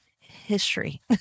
history